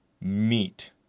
meat